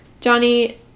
Johnny